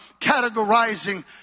categorizing